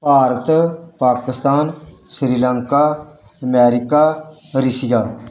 Bharat Pakistan Sri Lanka America ਰਿਸ਼ੀਆ